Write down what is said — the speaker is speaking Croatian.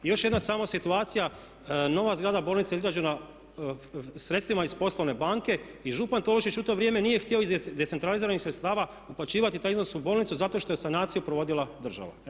I još jedna samo situacija, nova zgrada bolnice izgrađena sredstvima iz poslovne banke i župan Tolušić u to vrijeme nije htio iz decentraliziranih sredstava uplaćivati taj iznos u bolnice zato što je sanaciju provodila država.